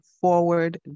forward